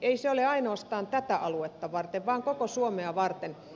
ei se ole ainoastaan tätä aluetta varten vaan koko suomea varten